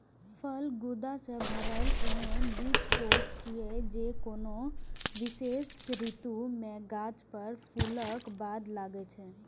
फल गूदा सं भरल एहन बीजकोष छियै, जे कोनो विशेष ऋतु मे गाछ पर फूलक बाद लागै छै